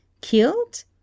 killed